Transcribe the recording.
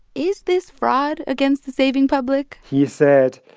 is this fraud against the saving public? he said,